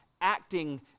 acting